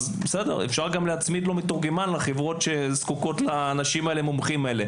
אפשר גם להצמיד לו מתורגמן לחברות שזקוקות לאנשים המומחים האלה.